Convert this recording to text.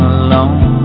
alone